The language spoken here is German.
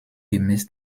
gemäß